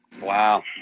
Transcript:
Wow